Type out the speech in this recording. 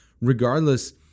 regardless